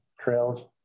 trails